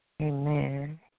Amen